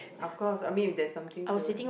of course I mean if there's something to